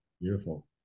beautiful